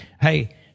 Hey